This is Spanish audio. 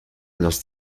los